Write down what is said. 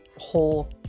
whole